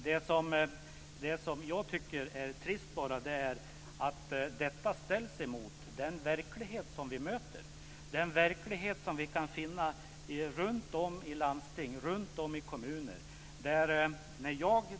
Det jag tycker är trist är att detta ställs emot den verklighet vi möter, den verklighet som vi kan finna i landsting och kommuner.